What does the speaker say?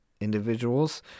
individuals